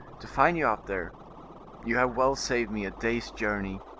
to find you out there you have well saved me a day's journey.